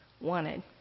wanted